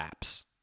apps